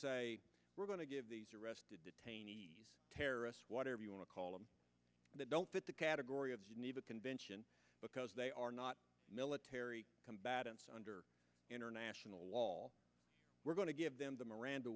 say we're going to give these arrested detainees terrorists whatever you want to call them that don't fit the category of geneva convention because they are not military combatants under international law we're going to give them the miranda